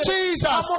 Jesus